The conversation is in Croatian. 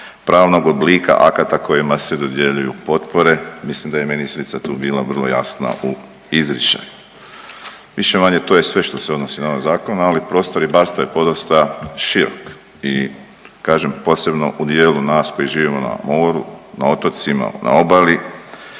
pravnog oblika akata kojima se dodjeljuju potpore, mislim da je ministrica bila tu vrlo jasna u izričaju. Više-manje to je sve što se odnosi na ovaj zakon, ali prostor ribarstva je podosta širok i kažem posebno u dijelu nas koji živimo na moru, na otocima, na obali